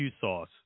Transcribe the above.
sauce